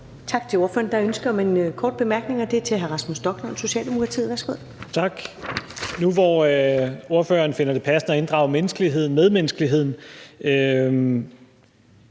Tak til ordføreren. Der er ønske om en kort bemærkning, og den er til hr. Rasmus Stoklund, Socialdemokratiet. Værsgo. Kl. 17:57 Rasmus Stoklund (S): Tak. Nu, hvor ordføreren finder det passende at inddrage medmenneskeligheden,